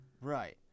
right